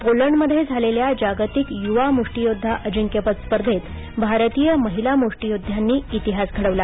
Poland मध्ये झालेल्या जागतिक युवा मुष्टीयोद्धा अजिंक्यपद स्पर्धेत भारतीय महिला मुष्टियोद्ध्यांनी इतिहास घडवला